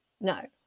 no